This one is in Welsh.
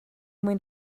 mwyn